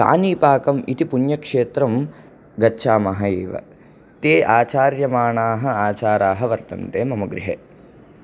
कानीपाकम् इति पुण्यक्षेत्रं गच्छामः एव ते आचार्यमाणाः आचाराः वर्तन्ते मम गृहे